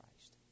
Christ